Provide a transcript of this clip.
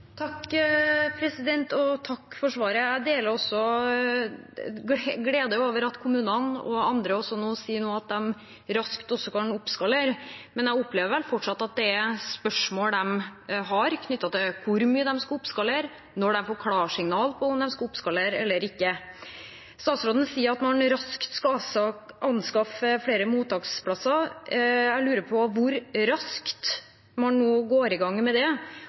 Takk for svaret. Jeg deler også gleden over at kommunene og også andre nå sier at de raskt kan oppskalere, men jeg opplever vel fortsatt at de har spørsmål knyttet til hvor mye de skal oppskalere, når de får klarsignal på om de skal oppskalere eller ikke. Statsråden sier at man raskt skal anskaffe flere mottaksplasser. Jeg lurer på hvor raskt man nå går i gang med det,